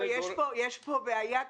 יש פה בעיה,